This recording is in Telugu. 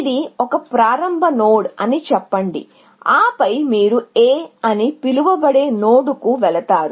ఇది ఒక ప్రారంభ నోడ్ అని అనుకోండి ఆపై మీరు A అని పిలువబడే నోడ్కు వెళతారు